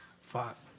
Fuck